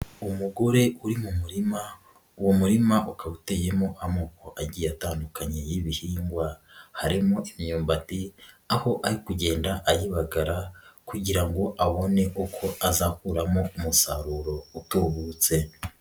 Umugore uri mu murima uwo murima ukaba uteyemo amoko agiye atandukanye y'ibihingwa, harimo imyumbati aho ari kugenda ayibagara kugira ngo abone uko azakuramo umusaruro utubutse.